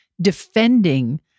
defending